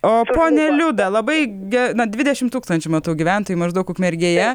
o ponia liuda labai ge na dvidešimt tūkstančių gyventojų maždaug ukmergėje